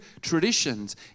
traditions